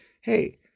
hey